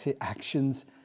actions